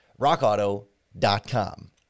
Rockauto.com